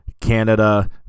Canada